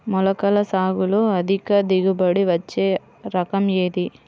మొలకల సాగులో అధిక దిగుబడి ఇచ్చే రకం ఏది?